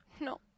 No